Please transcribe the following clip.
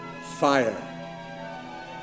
fire